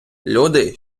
люди